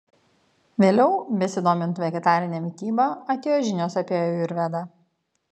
vėliau besidomint vegetarine mityba atėjo žinios apie ajurvedą